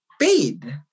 paid